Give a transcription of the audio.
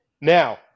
Now